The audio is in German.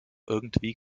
irgendwie